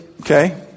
Okay